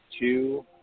two